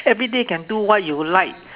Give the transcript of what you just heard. everyday can do what you like